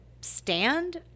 stand